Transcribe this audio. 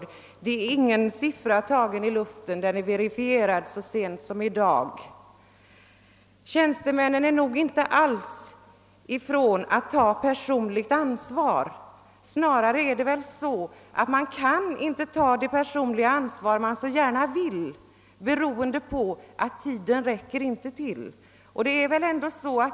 Det är inga siffror tagna ur luften — de är verifierade så sent som i dag. Tjänstemännen är nog inte alls emot att ta personligt ansvar. — snarare är det väl så att man inte kan ta det personliga ansvar man så gärna vill, beroende på att tiden inte räcker till.